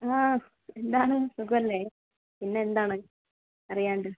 ആ എന്താണ് സുഖമല്ലേ പിന്നെന്താണ് അറിയാണ്ട്